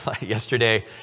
Yesterday